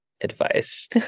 advice